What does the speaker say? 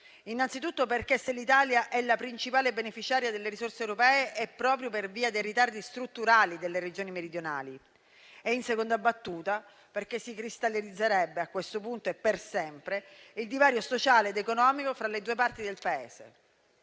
innanzi tutto perché, se l'Italia è la principale beneficiaria delle risorse europee, è proprio per via dei ritardi strutturali delle Regioni meridionali; in seconda battuta perché si cristallizzerebbe a questo punto e per sempre il divario sociale ed economico fra le due parti del Paese.